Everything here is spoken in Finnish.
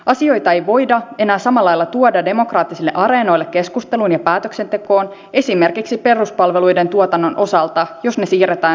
asioita ei voida enää samalla lailla tuoda demokraattisille areenoille keskusteluun ja päätöksentekoon esimerkiksi peruspalveluiden tuotannon osalta jos ne siirretään yhtiörakenteen alle